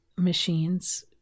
machines